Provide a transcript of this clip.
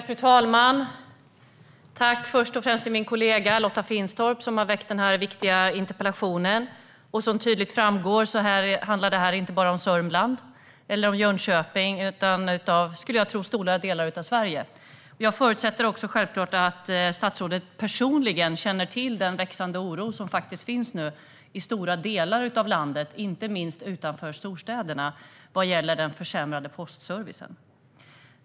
Fru talman! Jag ska säga tack först och främst till min kollega Lotta Finstorp, som har väckt den här viktiga interpellationen. Som tydligt framgår handlar det inte bara om Sörmland eller om Jönköping. Jag skulle tro att det handlar om stora delar av Sverige. Jag förutsätter självklart att statsrådet personligen känner till den växande oro som faktiskt finns i stora delar av landet, inte minst utanför storstäderna, vad gäller den försämrade postservicen.